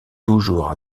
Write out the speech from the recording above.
toujours